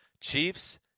Chiefs